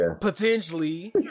potentially